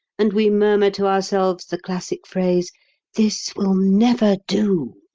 and we murmur to ourselves the classic phrase this will never do.